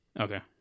Okay